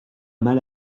mal